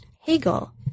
Hegel